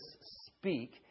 speak